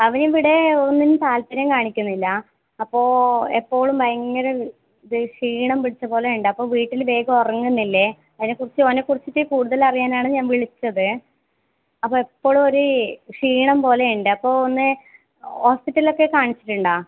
അവൻ ഇവിടെ ഒന്നിനും താത്പര്യം കാണിക്കുന്നില്ല അപ്പോൾ എപ്പോഴും ഭയങ്കര ഇത് ക്ഷീണം പിടിച്ചത് പോലെ ഉണ്ട് അപ്പോൾ വീട്ടിൽ വേഗം ഉറങ്ങുന്നില്ലേ അതിനെ കുറിച്ച് ഓനെ കുറിച്ചിട്ട് കൂടുതൽ അറിയാനാണ് ഞാൻ വിളിച്ചത് അപ്പോൾ എപ്പോഴും ഒരേ ക്ഷീണം പോലെ ഉണ്ട് അപ്പോൾ ഒന്ന് ഹോസ്പിറ്റലിലൊക്കെ കാണിച്ചിട്ടുണ്ടോ